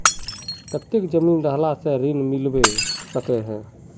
केते जमीन रहला से ऋण मिलबे सके है?